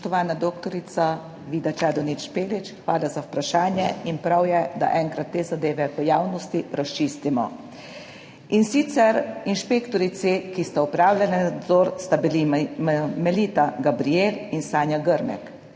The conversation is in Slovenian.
In sicer, inšpektorici, ki sta opravljala nadzor, sta bili Melita Gabrijel in Sanja Grmek.